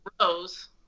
Rose